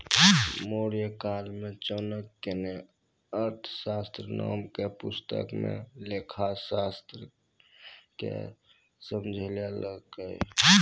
मौर्यकाल मे चाणक्य ने अर्थशास्त्र नाम के पुस्तक मे लेखाशास्त्र के समझैलकै